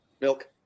Milk